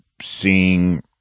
seeing